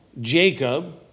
Jacob